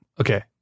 okay